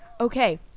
Okay